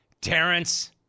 Terrence